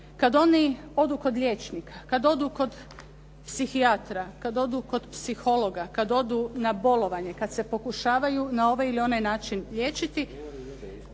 Kad oni odu kod liječnika, kad odu kod psihijatra, kad odu kod psihologa, kad odu na bolovanje, kad se pokušavaju na ovaj ili onaj način liječiti